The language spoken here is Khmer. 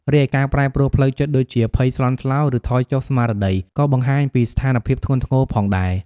រីឯការប្រែប្រួលផ្លូវចិត្តដូចជា ភ័យស្លន់ស្លោ ឬថយចុះស្មារតី ក៏បង្ហាញពីស្ថានភាពធ្ងន់ធ្ងរផងដែរ។